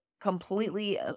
completely